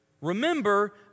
Remember